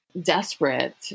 desperate